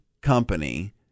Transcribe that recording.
company